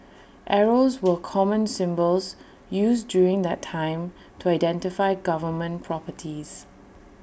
arrows were common symbols used during that time to identify government properties